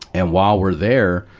and while we're there,